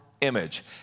image